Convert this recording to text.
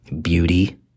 beauty